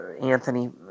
Anthony